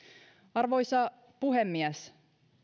arvoisa puhemies